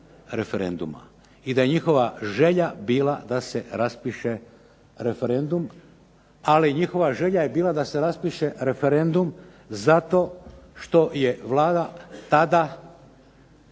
referenduma i da je njihova želja bila da se raspiše referendum, ali njihova želja je bila da se raspiše referendum zato što je Vlada tada